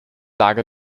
lage